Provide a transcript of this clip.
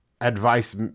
advice